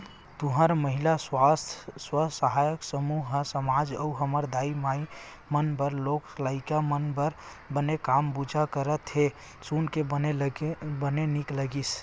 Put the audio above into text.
तुंहर महिला स्व सहायता समूह ह समाज अउ हमर दाई माई मन बर लोग लइका मन बर बने काम बूता करत हे सुन के बने नीक लगिस